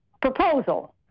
proposal